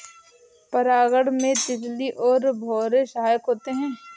परागण में तितली और भौरे सहायक होते है